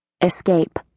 Escape